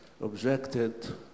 objected